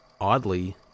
Oddly